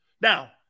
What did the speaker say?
Now